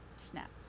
Snap